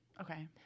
Okay